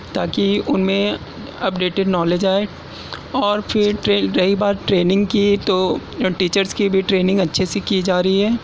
تاکہ ان میں اپڈیٹیڈ نالج آئے اور پھر رہی بات ٹریننگ کی تو ٹیچرس کی بھی ٹریننگ اچھے سے کی جا رہی ہے